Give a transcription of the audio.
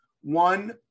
One